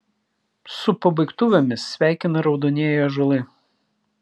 su pabaigtuvėmis sveikina raudonieji ąžuolai